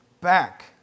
back